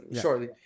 shortly